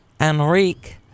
Enrique